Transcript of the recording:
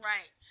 Right